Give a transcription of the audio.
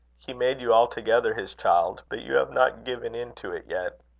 he made you altogether his child, but you have not given in to it yet.